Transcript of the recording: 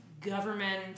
government